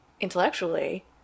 intellectually